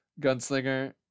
gunslinger